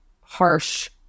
harsh